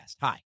Hi